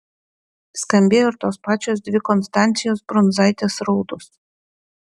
skambėjo ir tos pačios dvi konstancijos brundzaitės raudos